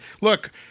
look